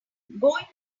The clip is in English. going